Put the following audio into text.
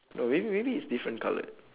no maybe maybe is different coloured